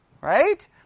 right